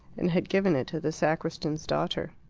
and had given it to the sacristan's daughter.